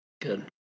good